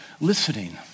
listening